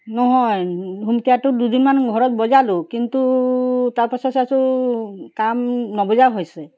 নহয় দুদিনমান ঘৰত বজালোঁ কিন্তু তাৰ পাছত চাইছোঁ কাম নবজা হৈছে